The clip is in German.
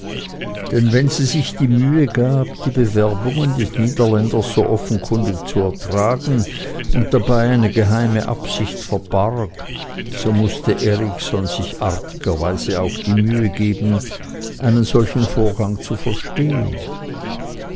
denn wenn sie sich die mühe gab die bewerbungen des niederländers so offenkundig zu ertragen und dabei eine geheime absicht verbarg so mußte erikson sich artigerweise auch die mühe geben einen solchen vorgang zu verstehen